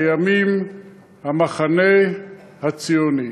לימים המחנה הציוני.